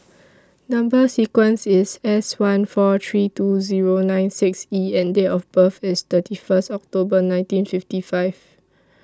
Number sequence IS S one four three two Zero nine six E and Date of birth IS thirty one October nineteen fifty five